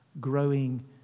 growing